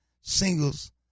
singles